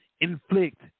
inflict